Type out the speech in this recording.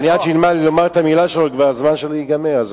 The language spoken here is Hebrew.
עד שאלמד לומר את המלה, הזמן שלי כבר ייגמר.